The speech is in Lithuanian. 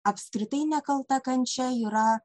apskritai nekalta kančia yra